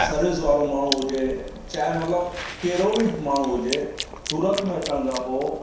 service वारो माण्हू हुजे चाहे मतिलबु कहिड़ो बि माण्हू हुजे सूरत में अचण खां पोइ